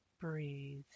breathe